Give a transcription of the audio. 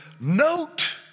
note